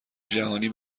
جهانی